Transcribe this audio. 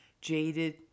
Jaded